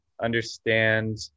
understand